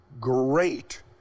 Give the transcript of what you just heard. great